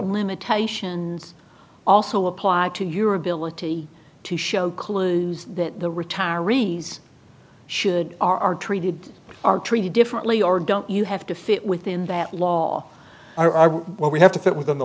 limitations also apply to your ability to show clues that the retirees should are treated are treated differently or don't you have to fit within that law are what we have to fit within the